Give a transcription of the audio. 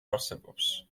არსებობს